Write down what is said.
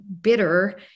bitter